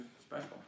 special